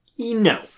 No